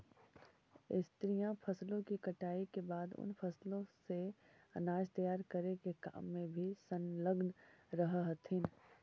स्त्रियां फसलों की कटाई के बाद उन फसलों से अनाज तैयार करे के काम में भी संलग्न रह हथीन